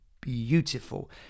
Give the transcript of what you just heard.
beautiful